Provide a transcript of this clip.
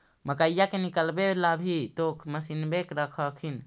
मकईया के निकलबे ला भी तो मसिनबे रख हखिन?